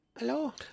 Hello